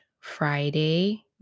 Friday